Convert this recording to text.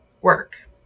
work